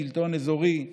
שלטון אזורי,